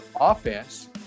offense